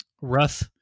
rough